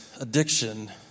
addiction